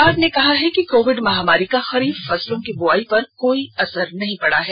सरकार ने कहा है कि कोविड महामारी का खरीफ फसलों की बुआई पर कोई असर नहीं पड़ा है